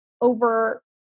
over